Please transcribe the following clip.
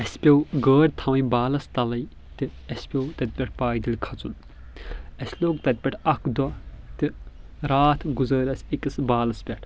اسہِ پٮ۪و گٲڑۍ تھاوٕنۍ بالس تلٕے تہٕ اسہِ پٮ۪و تتہِ پٮ۪ٹھ پایدلۍ کھژُن اسہِ لوٚگ تتہِ پٮ۪ٹھ اکھ دۄہ تہٕ راتھ گُزٲر اسہِ أکِس بالس پٮ۪ٹھ